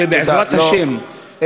תודה, תודה, שבעזרת השם, לא.